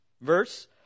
verse